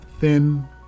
thin